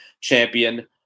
champion